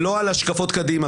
ולא על השקפות קדימה.